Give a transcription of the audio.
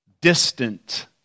distant